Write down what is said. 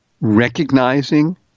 recognizing